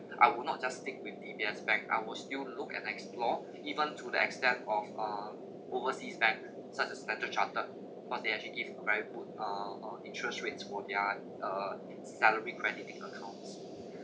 I would not just stick with D_B_S bank I would still look and explore even to the extent of uh overseas bank such as Standard Chartered because they actually give a very good uh uh interest rates for their uh it salary crediting accounts